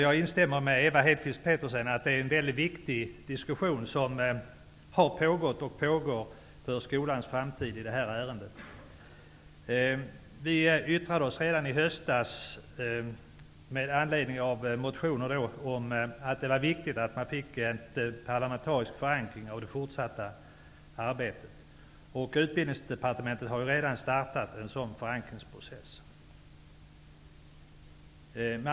Jag instämmer med Eva Hedkvist Petersen i att det är en för skolans framtid väldigt viktig diskussion som har pågått och pågår i detta ärende. Vi yttrade oss redan i höstas med anledning av motioner om att det var viktigt att man fick en parlamentarisk förankring av det fortsatta arbetet. På Utbildningsdepartementet har man redan startat en sådan förankringsprocess.